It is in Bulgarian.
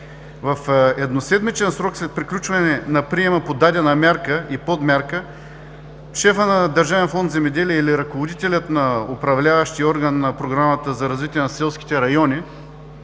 В едноседмичен срок след приключване на приема по дадена мярка и подмярка, шефът на Държавен фонд „Земеделие“ или ръководителят на управляващия орган на Програмата за развитие на селските райони